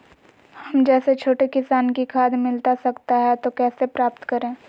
हम जैसे छोटे किसान को खाद मिलता सकता है तो कैसे प्राप्त करें?